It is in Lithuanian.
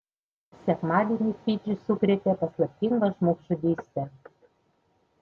sekmadienį fidžį sukrėtė paslaptinga žmogžudystė